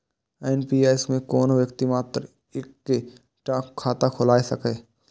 NPS मे कोनो व्यक्ति मात्र एक्के टा खाता खोलाए सकैए